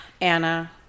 anna